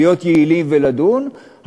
להיות יעילים ולדון,